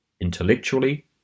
intellectually